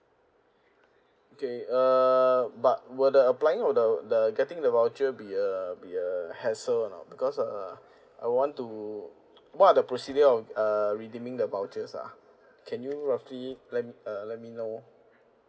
okay uh but will the applying or the the getting the voucher be a be a hassle or not because uh I want to what are the procedure of err redeeming the vouchers ah can you roughly let uh let me know